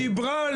היא דיברה.